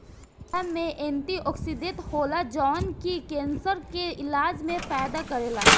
आंवला में एंटीओक्सिडेंट होला जवन की केंसर के इलाज में फायदा करेला